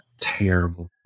terrible